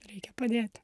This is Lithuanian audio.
reikia padėt